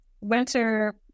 Winter